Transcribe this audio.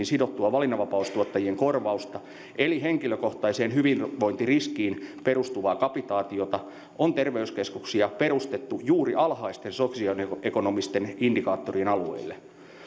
sidottua valinnanvapaustuottajien korvausta eli henkilökohtaiseen hyvinvointiriskiin perustuvaa kapitaatiota on terveyskeskuksia perustettu juuri alhaisten sosioekonomisten indikaattorien alueille